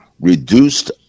reduced